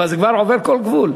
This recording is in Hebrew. אבל זה כבר עובר כל גבול.